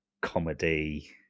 comedy